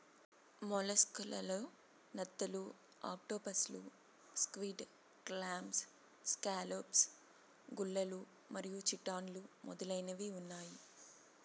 mollusc లలో నత్తలు, ఆక్టోపస్లు, స్క్విడ్, క్లామ్స్, స్కాలోప్స్, గుల్లలు మరియు చిటాన్లు మొదలైనవి ఉన్నాయి